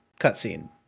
cutscene